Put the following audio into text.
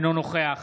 אינו נוכח